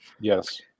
Yes